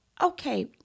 Okay